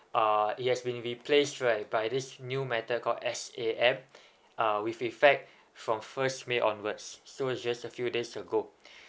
uh it has been replace whereby this new method called S_A_M uh with effect from first may onwards so it's just a few days ago